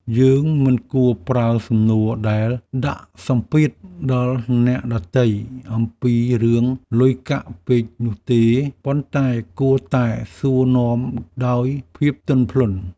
យើងមិនគួរប្រើសំណួរដែលដាក់សម្ពាធដល់អ្នកដទៃអំពីរឿងលុយកាក់ពេកនោះទេ ប៉ុន្តែគួរតែសួរនាំដោយភាពទន់ភ្លន់។